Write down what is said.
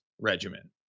regimen